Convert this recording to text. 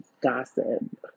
gossip